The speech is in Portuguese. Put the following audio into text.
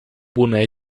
boné